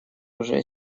уже